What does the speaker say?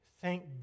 Thank